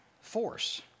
force